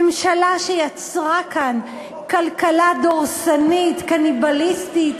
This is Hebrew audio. ממשלה שיצרה כאן כלכלה דורסנית, קניבליסטית.